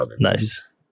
nice